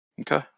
Okay